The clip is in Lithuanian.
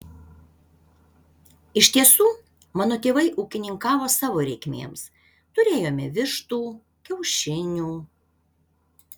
iš tiesų mano tėvai ūkininkavo savo reikmėms turėjome vištų kiaušinių